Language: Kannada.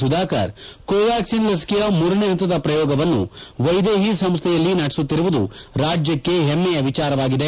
ಸುಧಾಕರ್ ಕೋವಾಕ್ಟಿನ್ ಲಸಿಕೆಯ ಮೂರನೇ ಹಂತದ ಪ್ರಯೋಗವನ್ನು ವೈದೇಹಿ ಸಂಸ್ದೆಯಲ್ಲಿ ನಡೆಸುತ್ತಿರುವುದು ರಾಜ್ಯಕ್ಕೆ ಹೆಮ್ಮೆಯ ವಿಚಾರವಾಗಿದೆ